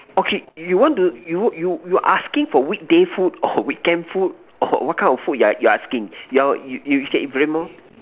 okay you want to you you you asking for weekday food or weekend food or what kind of food you're you're asking you're you can elaborate more